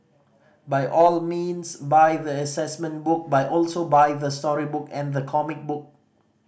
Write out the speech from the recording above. by all means buy the assessment book buy also buy the storybook and the comic book